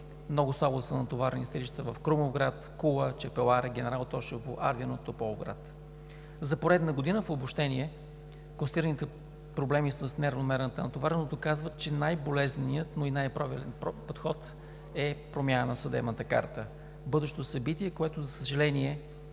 Много слабо са натоварени съдилищата в Крумовград, Кула, Чепеларе, Генерал Тошево, Ардино, Тополовград. За поредна година – в обобщение – констатираните проблеми с неравномерната натовареност доказват, че най-болезненият, но и най-правилен подход е промяна на съдебната карта. Бъдещо събитие, което, за съжаление,